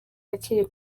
akiri